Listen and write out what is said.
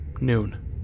Noon